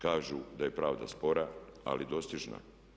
Kažu da je pravda spora ali dostižna.